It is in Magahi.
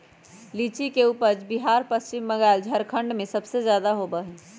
लीची के उपज बिहार पश्चिम बंगाल झारखंड में सबसे ज्यादा होबा हई